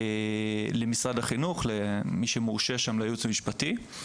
למשרד החינוך, למי שמורשה שם, לייעוץ המשפטי.